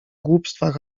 głupstwach